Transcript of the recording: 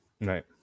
Right